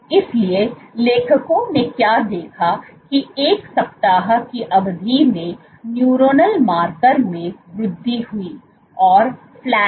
इसलिए लेखकों ने क्या देखा कि 1 सप्ताह की अवधि में न्यूरोनल मार्कर में वृद्धि हुई और फ्लैट रहे